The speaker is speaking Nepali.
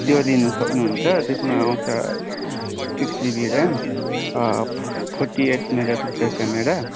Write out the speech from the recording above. त्यो लिन सक्नुहुन्छ त्यसमा आउँछ six GB RAM forty eight megapixel camera